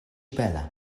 bela